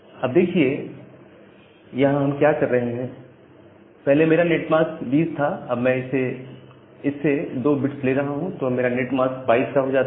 अब देखिए यहां हम क्या कर रहे हैं पहले मेरा नेट मास्क 20 था अब मैं इससे 2 बिट्स ले रहा हूं तो अब नेट मास्क 22 बिट्स का हो जाता है